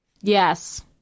Yes